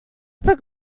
poke